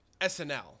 SNL